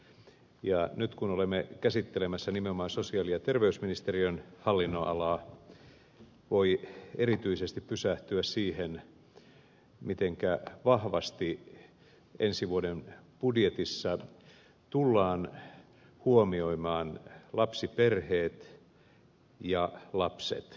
ja nyt kun olemme käsittelemässä nimenomaan sosiaali ja terveysministeriön hallinnonalaa voi erityisesti pysähtyä siihen mitenkä vahvasti ensi vuoden budjetissa tullaan huomioimaan lapsiperheet ja lapset